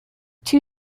two